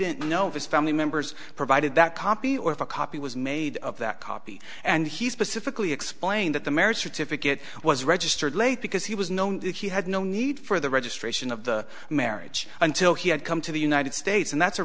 didn't you know if his family members provided that copy or if a copy was made of that copy and he specifically explained that the marriage certificate was registered late because he was known that he had no need for the registration of the marriage until he had come to the united states and that's a